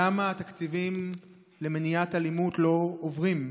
למה התקציביים למניעת אלימות לא עוברים?